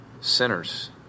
sinners